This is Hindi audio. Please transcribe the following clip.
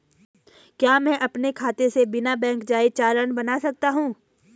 क्या मैं अपने खाते से बिना बैंक जाए चालान बना सकता हूँ?